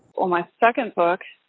well my second book,